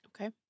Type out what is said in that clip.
Okay